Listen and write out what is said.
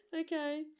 Okay